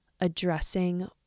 addressing